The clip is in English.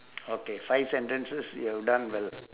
okay five sentences you've done well